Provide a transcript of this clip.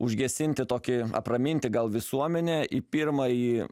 užgesinti tokį apraminti gal visuomenę į pirmąjį